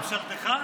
בממשלתך?